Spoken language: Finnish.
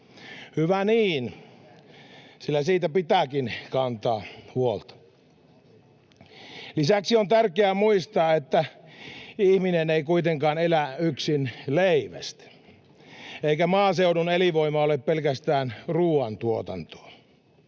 Hyvä niin, sillä siitä pitääkin kantaa huolta. Lisäksi on tärkeää muistaa, että ihminen ei kuitenkaan elä yksin leivästä eikä maaseudun elinvoima ole pelkästään ruuantuotantoa.